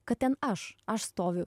kad ten aš aš stoviu